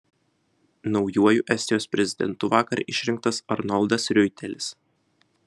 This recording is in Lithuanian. naujuoju estijos prezidentu vakar išrinktas arnoldas riuitelis